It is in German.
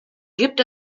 gibt